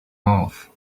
mouth